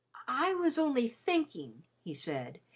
i was only thinking, he said,